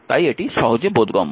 তাই এটি সহজে বোধগম্য